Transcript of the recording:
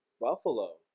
Buffalo